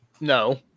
No